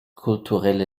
kulturelle